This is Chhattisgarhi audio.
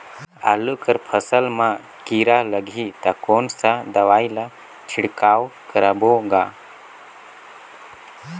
आलू कर फसल मा कीरा लगही ता कौन सा दवाई ला छिड़काव करबो गा?